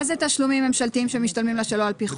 מה זה תשלומים ממשלתיים שמשתלמים לה שלא על פי חוק?